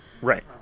Right